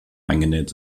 eingenäht